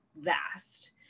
vast